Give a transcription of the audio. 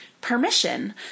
permission